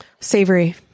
Savory